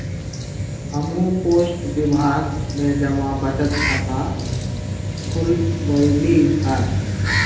हम्हू पोस्ट विभाग में जमा बचत खता खुलवइली ह